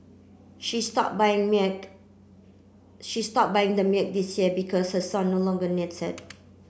she stopped buying milk she stopped buying the milk this year because her son no longer needs it